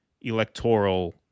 electoral